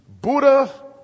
Buddha